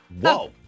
Whoa